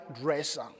dresser